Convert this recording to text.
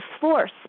force